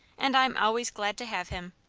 and i'm always glad to have him.